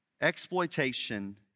exploitation